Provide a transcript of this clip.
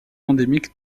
endémique